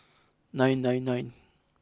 nine nine nine